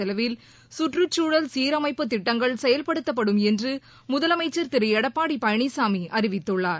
செலவில் சுற்றுச்சூழல் சீரமைப்புத் திட்டங்கள் செயல்படுத்தப்படும் என்று முதலமைச்சர் திரு எடப்பாடி பழனிசாமி அறிவித்துள்ளார்